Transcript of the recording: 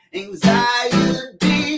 anxiety